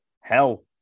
hell